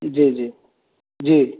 जी जी जी